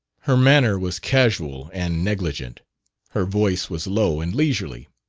her manner was casual and negligent her voice was low and leisurely.